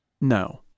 no